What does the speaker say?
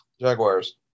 Jaguars